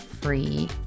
free